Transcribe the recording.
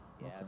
Yes